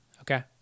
Okay